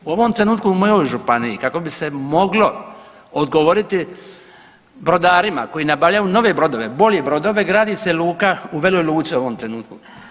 U ovom trenutku u mojoj županiji kako bi se moglo odgovoriti brodarima koji nabavljaju nove brodove, bolje brodove gradi se luka u Veloj Luci u ovom trenutku.